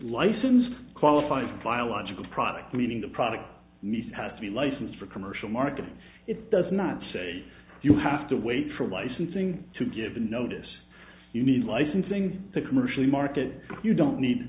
licensed qualified biological product meaning the product mix has to be licensed for commercial marketing it does not say you have to wait for licensing to get the notice you need licensing the commercial market you don't need